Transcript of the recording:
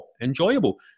enjoyable